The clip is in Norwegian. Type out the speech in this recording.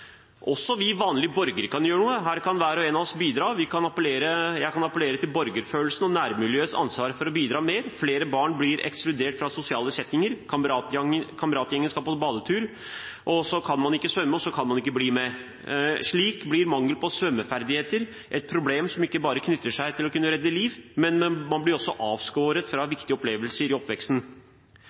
Også vi vanlige borgere kan gjøre noe. Her kan hver og en av oss bidra. Jeg kan appellere til borgerfølelsen og nærmiljøets ansvar for å bidra mer. Flere barn blir ekskludert fra sosiale settinger – kameratgjengen skal på badetur, så kan man ikke svømme, og så kan man ikke bli med. Slik blir mangelen på svømmeferdigheter et problem som ikke bare knytter seg til å kunne redde liv, men man blir også avskåret fra viktige opplevelser i oppveksten.